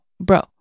bro